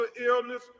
illness